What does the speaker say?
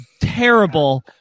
Terrible